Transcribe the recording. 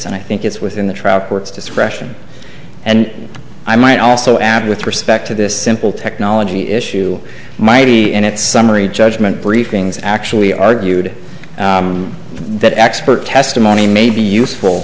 and i think it's within the truck works discretion and i might also add with respect to this simple technology issue might be in its summary judgment briefings actually argued that expert testimony may be useful